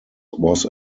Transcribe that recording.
was